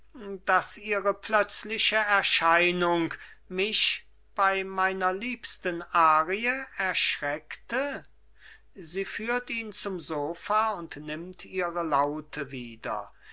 daß ihre plötzliche erscheinung mich bei meiner liebsten arie erschreckte sie führt ihn zum sofa und nimmt ihre laute wieder